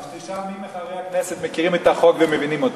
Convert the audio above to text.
תשאל מי מחברי הכנסת מכירים את החוק ומבינים אותו.